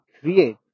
create